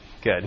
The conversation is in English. good